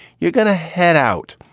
you're going to head out.